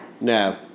No